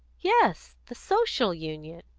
yes. the social union.